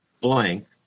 blank